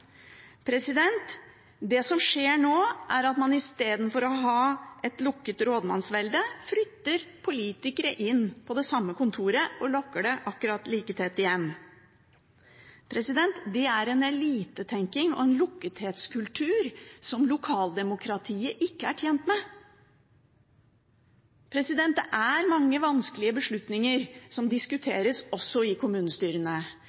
Det som skjer nå, er at man istedenfor å ha et lukket rådmannsvelde, flytter politikere inn på det samme kontoret og lukker det akkurat like tett igjen. Det er en elitetenking og en lukkethetskultur som lokaldemokratiet ikke er tjent med. Det er mange vanskelige beslutninger som diskuteres også i kommunestyrene,